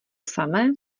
samé